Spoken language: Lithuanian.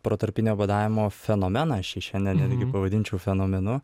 protarpinio badavimo fenomeną aš jį šiandien netgi pavadinčiau fenomenu